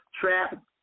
trap